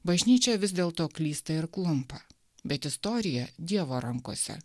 bažnyčia vis dėlto klysta ir klumpa bet istorija dievo rankose